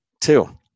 Two